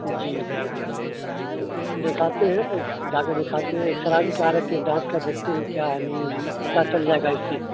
جی دکھاتے ہیں جا کے دکھاتے ہیں ایکسرا بھی کرا لیتے ہیں دانت کا دیکھتے ہیں کیا ہے نہیں پتا چل جائے گا اس سے